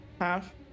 Half